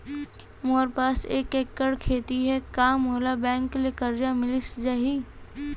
मोर पास एक एक्कड़ खेती हे का मोला बैंक ले करजा मिलिस जाही?